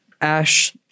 Ash